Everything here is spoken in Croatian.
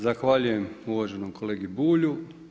Zahvaljujem uvaženom kolegi Bulju.